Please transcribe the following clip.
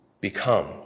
become